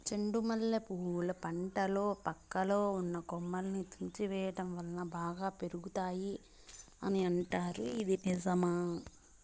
చెండు మల్లె పూల పంటలో పక్కలో ఉన్న కొమ్మలని తుంచి వేయటం వలన బాగా పెరుగుతాయి అని అంటారు ఇది నిజమా?